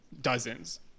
Dozens